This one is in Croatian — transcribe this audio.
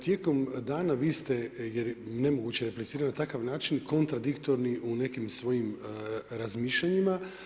Tijekom dana vi ste, jer nemoguće je replicirati na takav način, kontradiktorni u nekim svojim razmišljanjima.